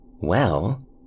Well